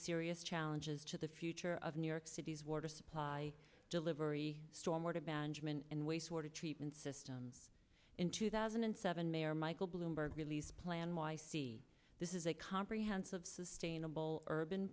serious challenges to the future of new york city's water supply delivery strong word of management and wastewater treatment systems in two thousand and seven mayor michael bloomberg released plan y c this is a comprehensive sustainable urban